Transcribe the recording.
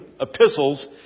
epistles